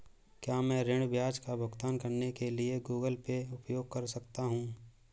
क्या मैं ऋण ब्याज का भुगतान करने के लिए गूगल पे उपयोग कर सकता हूं?